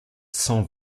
cent